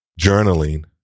journaling